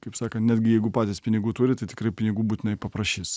kaip sakant netgi jeigu patys pinigų turi tai tikrai pinigų būtinai paprašys